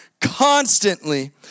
constantly